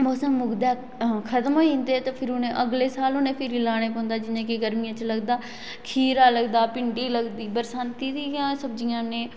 मौसम मुकदा ते ओह् खत्म होई जंदे फिर एह् अगले साल उनेंगी फिर लाना पौंदा जियां कि गर्मियें च लगदा खीरा लगदा भिंडी लगदी बरसांती दी गै सब्जियां न एह्